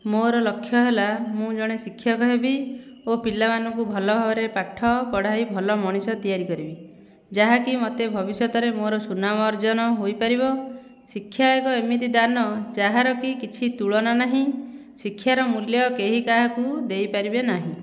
ମୋର ଲକ୍ଷ୍ୟ ହେଲା ମୁଁ ଜଣେ ଶିକ୍ଷକ ହେବି ଓ ପିଲାମାନଙ୍କୁ ଭଲ ଭାବରେ ପାଠ ପଢ଼ାଇ ଭଲ ମଣିଷ ତିଆରି କରିବି ଯାହାକି ମୋତେ ମୋର ଭବିଷ୍ୟତରେ ମୋର ସୁନାମ ଅର୍ଜନ ହୋଇପାରିବ ଶିକ୍ଷା ଏକ ଏମିତି ଦାନ ଯାହାରକି କିଛି ତୁଳନା ନାହିଁ ଶିକ୍ଷାର ମୂଲ୍ୟ କେହି କାହାକୁ ଦେଇପାରିବେ ନାହିଁ